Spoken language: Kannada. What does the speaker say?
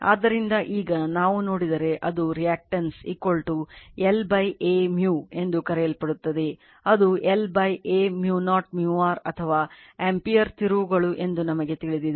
ಆದ್ದರಿಂದ ಈಗ ನಾವು ನೋಡಿದರೆ ಅದು reactance L A μ ಎಂದು ಕರೆಯಲ್ಪಡುತ್ತದೆ ಅದು L A µ0 µr ಅಥವಾ ಆಂಪಿಯರ್ ತಿರುವುಗಳು ಎಂದು ನಮಗೆ ತಿಳಿದಿದೆ